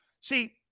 See